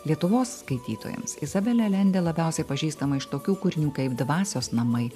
lietuvos skaitytojams izabelė alende labiausiai pažįstama iš tokių kūrinių kaip dvasios namai